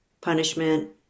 Punishment